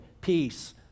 peace